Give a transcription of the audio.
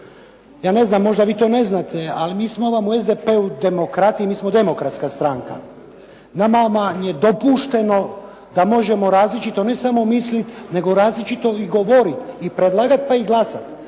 Ja ne znam, možda mi to ne znate, ali mi smo vam u SDP-u demokrati i mi smo demokratska stranka. Nama je dopušteno da možemo različito, ne samo misliti, nego i različito govoriti i predlagati pa i glasati